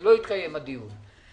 ולא התקיים הדיון.